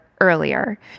earlier